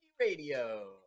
Radio